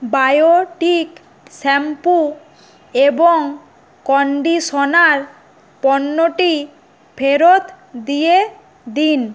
Biotique shampoo এবং conditioner পণ্যটি ফেরত দিয়ে দিন